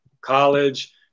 college